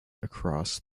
across